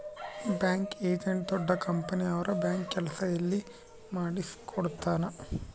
bank agent ದೊಡ್ಡ company ಅವ್ರ bank ಕೆಲ್ಸ ಎಲ್ಲ ಮಾಡಿಕೊಡ್ತನ